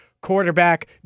Quarterback